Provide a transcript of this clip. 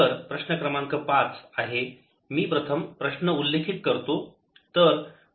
तर प्रश्न क्रमांक 5 आहे मी प्रथम प्रश्न उल्लेखित करतो